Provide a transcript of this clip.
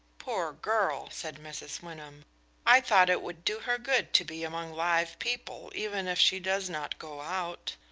poor girl, said mrs. wyndham i thought it would do her good to be among live people, even if she does not go out.